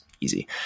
easy